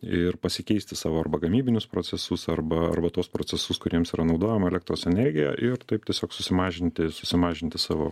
ir pasikeisti savo arba gamybinius procesus arba arba tuos procesus kuriems yra naudojama elektros energija ir taip tiesiog susimažinti susimažinti savo